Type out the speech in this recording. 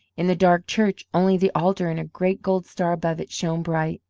in the dark church only the altar and a great gold star above it shone bright.